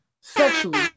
sexually